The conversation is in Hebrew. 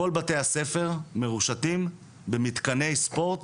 כל בתי הספר מרושתים במתקני ספורט